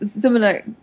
similar